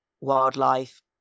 wildlife